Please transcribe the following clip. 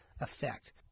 effect